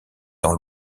dans